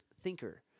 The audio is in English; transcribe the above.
thinker